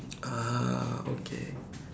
ah okay